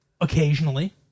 occasionally